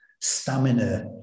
stamina